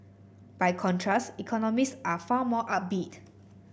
by contrast economists are far more upbeat